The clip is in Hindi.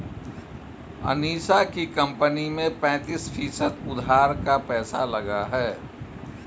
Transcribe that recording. अनीशा की कंपनी में पैंतीस फीसद उधार का पैसा लगा है